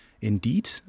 indeed